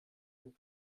vous